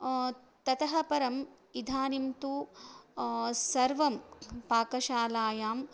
ततः परम् इदानीं तु सर्वं पाकशालायां